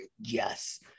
yes